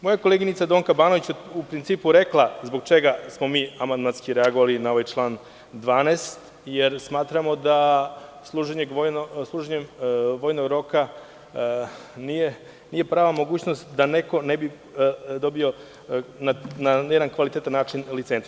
Moja koleginica Donka Banović je u principu rekla zbog čega smo mi amandmanski reagovali na ovaj član 12. jer smatramo da služenje vojnog roka nije prava mogućnost da neko ne bi dobio na jedan kvalitetan način licencu.